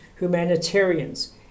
humanitarians